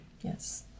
yes